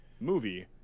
movie